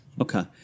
okay